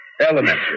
Elementary